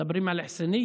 מדברים על חוסנייה,